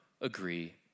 agree